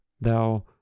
thou